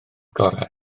gorau